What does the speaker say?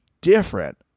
different